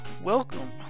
Welcome